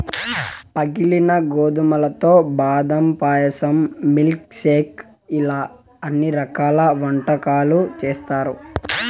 పగిలిన గోధుమలతో బాదం పాయసం, మిల్క్ షేక్ ఇలా అన్ని రకాల వంటకాలు చేత్తారు